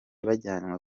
bajyanywe